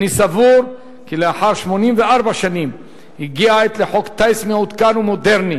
אני סבור כי לאחר 84 שנים הגיעה העת לחוק טיס מעודכן ומודרני,